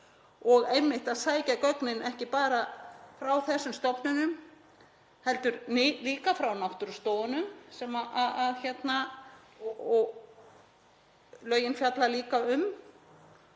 og einmitt að sækja gögnin, ekki bara frá þessum stofnunum heldur líka frá náttúrustofunum, sem lögin fjalla líka um,